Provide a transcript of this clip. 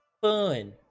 fun